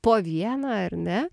po vieną ar ne